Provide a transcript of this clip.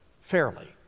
fairly